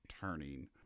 turning